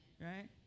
right